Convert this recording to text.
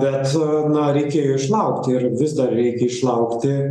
bet na reikėjo išlaukti ir vis dar reikia išlaukti